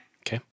Okay